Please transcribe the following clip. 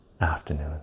afternoon